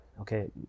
okay